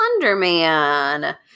Slenderman